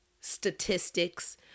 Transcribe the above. statistics